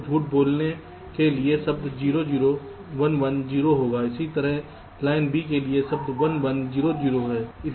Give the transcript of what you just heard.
तो झूठ बोलने के लिए शब्द 0 0 1 1 0 होगा इसी तरह लाइन B के लिए शब्द 1 1 0 0 होगा